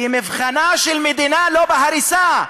כי מבחנה של מדינה לא בהריסה,